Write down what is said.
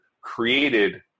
created